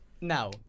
Now